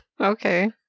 Okay